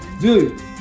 dude